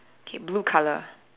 K blue color